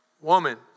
Woman